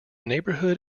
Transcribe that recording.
neighbourhood